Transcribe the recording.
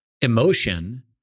emotion